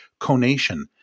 conation